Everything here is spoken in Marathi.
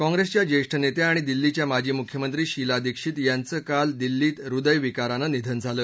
काँप्रेसच्या ज्येष्ठ नेत्या आणि दिल्लीच्या माजी मुख्यमंत्री शीला दीक्षित यांचं काल दिल्लीत हृदयविकारानं निधन झालं